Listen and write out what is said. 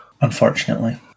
Unfortunately